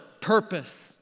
purpose